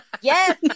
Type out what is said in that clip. yes